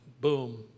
boom